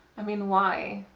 i mean why?